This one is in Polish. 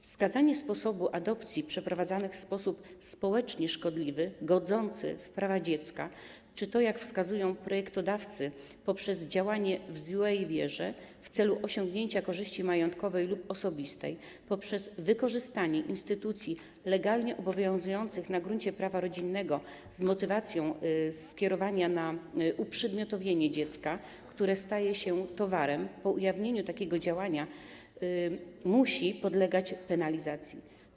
Wskazanie sposobu adopcji przeprowadzanych w sposób społecznie szkodliwy, godzący w prawa dziecka czy to, jak wskazują projektodawcy, poprzez działanie w złej wierze, w celu osiągnięcia korzyści majątkowej lub osobistej, poprzez wykorzystanie instytucji legalnie obowiązujących na gruncie prawa rodzinnego z motywacją skierowaną na uprzedmiotowienie dziecka, które staje się towarem, musi po ujawnieniu takiego działania podlegać penalizacji.